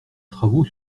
travaux